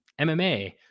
MMA